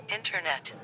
internet